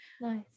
Nice